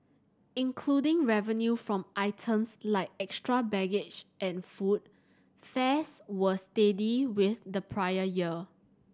including revenue from items like extra baggage and food fares were steady with the prior year